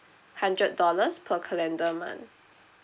hundred dollars per calendar month